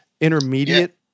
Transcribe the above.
intermediate